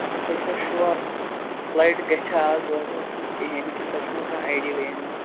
مطلب تُہۍ چھِوا شُوَر فٕلایٹ گَژھیٛا اَز دۄہَس مَنٛز کِنہٕ کِہیٖنٛی کِنہٕ تۄہہِ چھُو نہٕ کانٛہہ اَیڈیاہٕے اَمیُک